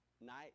night